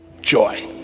joy